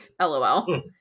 LOL